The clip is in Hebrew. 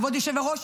כבוד היושב-ראש,